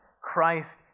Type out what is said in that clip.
Christ